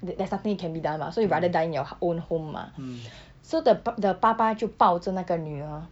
th~ there's nothing that can be done mah so you rather die in your own home mah so the 爸 the 爸爸就抱着那个女儿